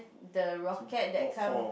the rocket that come